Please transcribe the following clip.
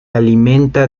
alimenta